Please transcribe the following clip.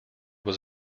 was